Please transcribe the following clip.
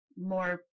more